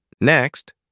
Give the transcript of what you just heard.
Next